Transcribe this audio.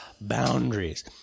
boundaries